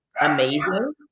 amazing